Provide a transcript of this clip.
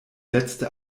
letzte